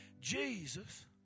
Jesus